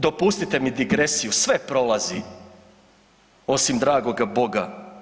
Dopustite mi digresiju, sve prolazi osim dragoga Boga.